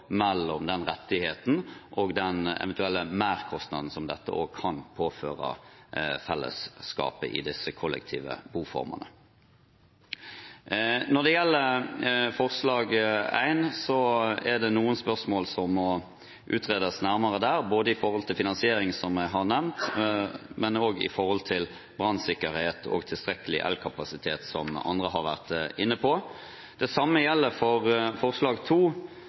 mellom den rettigheten og den eventuelle merkostnaden som dette også kan påføre fellesskapet i disse kollektive boformene. Når det gjelder forslag til vedtak I, er det noen spørsmål som må utredes nærmere, både om finansiering, som jeg har nevnt, og om brannsikkerhet og tilstrekkelig elkapasitet, som også andre har vært inne på. Det samme gjelder for forslag